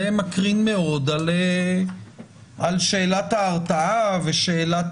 זה מקרין מאוד על שאלת ההרתעה ושאלת